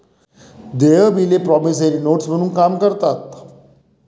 देय बिले promissory notes म्हणून काम करतात